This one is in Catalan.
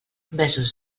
besos